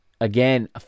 Again